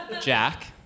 Jack